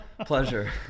pleasure